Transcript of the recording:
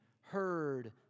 heard